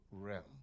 realm